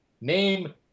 Name